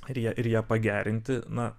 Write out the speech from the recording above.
ar ją ir ją pagerinti na